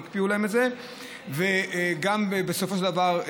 והקפיאו להם את זה, וגם בסופו של דבר,